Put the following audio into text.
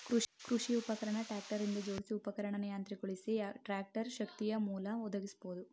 ಕೃಷಿ ಉಪಕರಣ ಟ್ರಾಕ್ಟರ್ ಹಿಂದೆ ಜೋಡ್ಸಿ ಉಪಕರಣನ ಯಾಂತ್ರಿಕಗೊಳಿಸಿ ಟ್ರಾಕ್ಟರ್ ಶಕ್ತಿಯಮೂಲ ಒದಗಿಸ್ಬೋದು